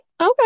Okay